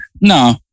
no